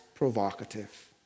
provocative